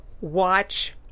watch